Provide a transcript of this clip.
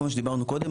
כמו שאמרנו קודם,